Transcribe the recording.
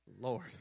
Lord